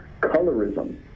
colorism